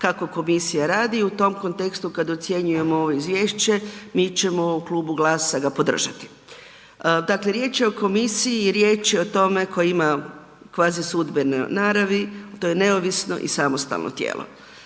kako komisija radi i u tom kontekstu kad ocjenjujemo ovo izvješće, mi ćemo u klubu GLAS-a ga podržati. Dakle riječ je o komisiji, riječ o tome koja ima kvazi sudbene naravno, to je neovisno i samostalno tijelo.